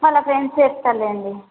వాళ్ళ ఫ్రెండ్స్ చెప్తారులేండి